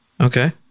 Okay